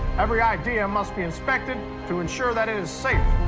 every idea must be inspected to ensure that it is safe.